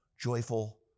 joyful